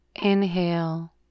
Inhale